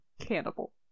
Cannibal